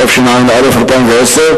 התשע"א 2010,